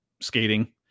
skating